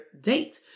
date